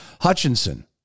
Hutchinson